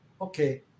okay